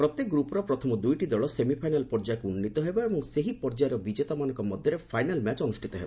ପ୍ରତ୍ୟେକ ଗୁପର ପ୍ରଥମ ଦୁଇଟି ଦକ ସେମିଫାଇନାଲ ପର୍ଯ୍ୟାୟକୁ ଉନ୍ନୀତି ହେବେ ଏବଂ ସେହି ପର୍ଯ୍ୟାୟର ବିଜେତାମାନଙ୍କ ମଧ୍ୟରେ ଫାଇନାଲ ମ୍ୟାଚ ଅନୁଷ୍ଠିତ ହେବ